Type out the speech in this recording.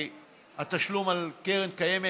על קרן קיימת.